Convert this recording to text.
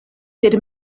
sed